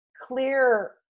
clear